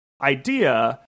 idea